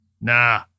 Nah